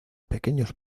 pequeños